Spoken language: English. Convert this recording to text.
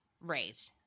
Right